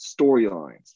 storylines